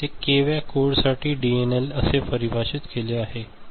के व्या कोडसाठी डीएनएल असे परिभाषित केले आहे